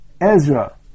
Ezra